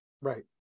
right